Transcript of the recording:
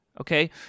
okay